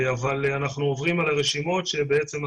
אבל אנחנו עוברים על הרשימות כאשר כך